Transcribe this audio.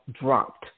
dropped